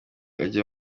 ajya